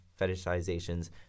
fetishizations